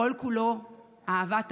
כל-כולו אהבת האדם,